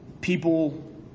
people